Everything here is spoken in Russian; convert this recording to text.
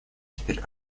теперь